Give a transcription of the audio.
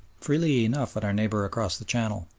freely enough at our neighbour across the channel,